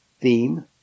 theme